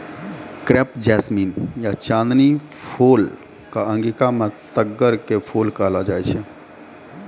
crepe jasmine या चांदनी फूल कॅ अंगिका मॅ तग्गड़ के फूल कहलो जाय छै